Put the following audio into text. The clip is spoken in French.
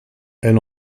elle